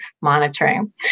monitoring